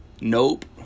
Nope